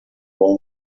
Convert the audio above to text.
bom